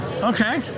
Okay